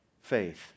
faith